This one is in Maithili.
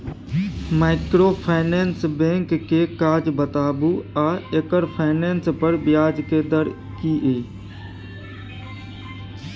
माइक्रोफाइनेंस बैंक के काज बताबू आ एकर फाइनेंस पर ब्याज के दर की इ?